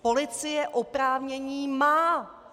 Policie oprávnění má!